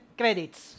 credits